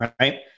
Right